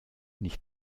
nicht